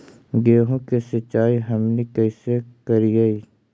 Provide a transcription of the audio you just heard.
गेहूं के सिंचाई हमनि कैसे कारियय?